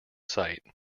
site